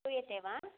श्रूयते वा